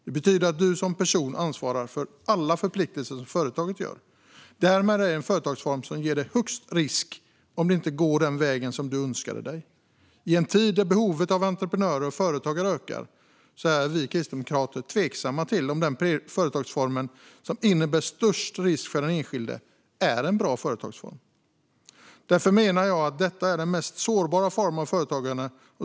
Det betyder att du personligen ansvarar för alla företagets förpliktelser. Därmed är det den företagsform som ger dig högst risk om det inte går den väg som du önskade dig. I en tid då behovet av entreprenörer och företagare ökar är vi kristdemokrater tveksamma till om den företagsform som innebär störst risk för den enskilde är en bra företagsform. Jag menar att detta är den mest sårbara formen av företagande.